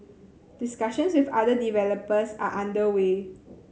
discussions with other developers are under way